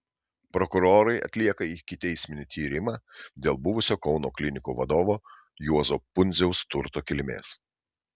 prokurorai atlieka ikiteisminį tyrimą dėl buvusio kauno klinikų vadovo juozo pundziaus turto kilmės